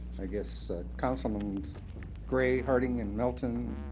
i guess councilmans gray, harding, and melton,